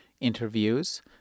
interviews